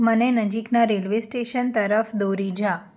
મને નજીકના railway station તરફ દોરી જા